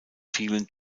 vielen